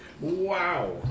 Wow